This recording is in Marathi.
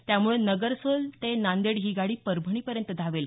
त्यामुळे नगरसोल ते नांदेड ही गाडी परभणीपर्यंत धावेल